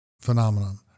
phenomenon